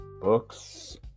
Books